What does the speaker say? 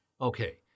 Okay